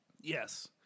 Yes